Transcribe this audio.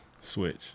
Switch